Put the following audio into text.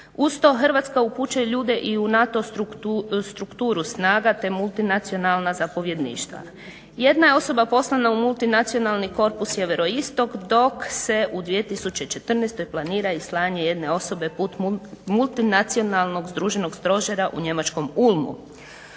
Uz to Hrvatska upućuje u ljude i u NATO strukturu snaga te multinacionalna zapovjedništva. Jedna je osoba poslana u multinacionalni korpus sjeveroistok dok se u 2014.planira i slanje jedne osobe put multinacionalnog združenog stožera u Njemačkom Ulmu.